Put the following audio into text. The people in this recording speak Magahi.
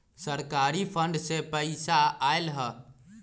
सरकारी फंड से पईसा आयल ह?